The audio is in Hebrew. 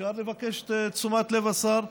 אפשר לבקש את תשומת לב השר?